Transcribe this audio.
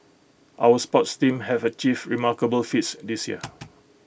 our sports teams have achieved remarkable feats this year